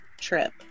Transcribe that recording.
trip